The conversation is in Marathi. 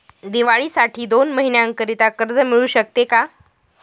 दिवाळीसाठी दोन महिन्याकरिता कर्ज मिळू शकते का?